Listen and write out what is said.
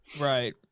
Right